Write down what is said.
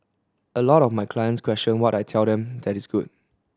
a lot of my clients question what I tell them that is good